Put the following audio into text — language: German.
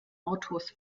autos